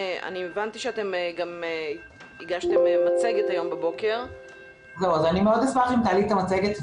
הבנתי שהגשתם מצגת היום בבוקר --- אני מאוד אשמח אם תעלי את המצגת,